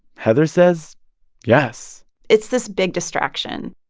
heather says yes it's this big distraction.